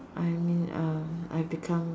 I mean uh I've become